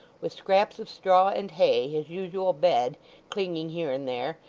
with scraps of straw and hay his usual bed clinging here and there,